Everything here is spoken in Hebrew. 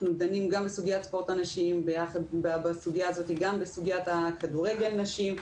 אנחנו דנים בסוגיה של ספורט הנשים וגם בסוגיית כדורגל נשים.